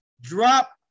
drop